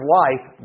life